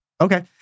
Okay